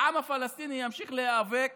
העם הפלסטיני ימשיך להיאבק